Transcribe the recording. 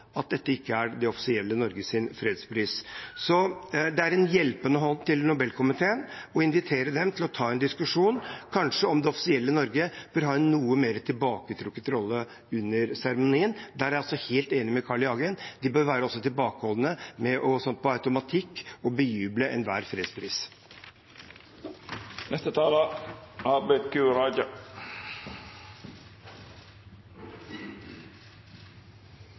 ta en diskusjon om kanskje det offisielle Norge bør ha en noe mer tilbaketrukket rolle under seremonien. Der er jeg altså helt enig med Carl I. Hagen: De bør være tilbakeholdne med på automatikk å bejuble enhver